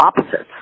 opposites